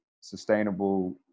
sustainable